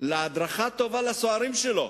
להדרכה טובה לסוהרים שלו,